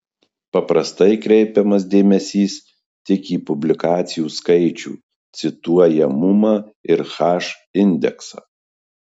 paprastai kreipiamas dėmesys tik į publikacijų skaičių cituojamumą ir h indeksą